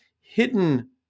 hidden